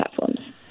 platforms